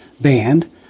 band